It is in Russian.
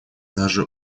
даже